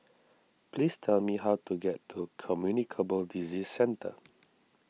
please tell me how to get to Communicable Disease Centre